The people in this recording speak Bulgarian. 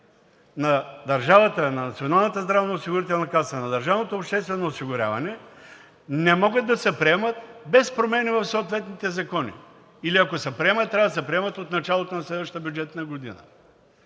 каса, на държавното обществено осигуряване, не могат да се приемат без промени в съответните закони, или ако се приемат, трябва да се приемат от началото на следващата бюджетна година.